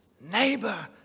neighbor